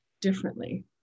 differently